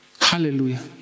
hallelujah